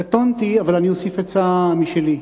קטונתי, אבל אני אוסיף עצה משלי.